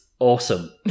awesome